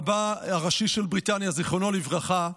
רבה הראשי של בריטניה, זיכרונו לברכה,